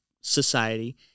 society